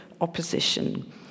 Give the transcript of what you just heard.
opposition